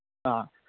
ꯑꯥ